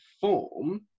form